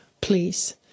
please